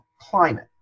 climate